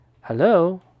hello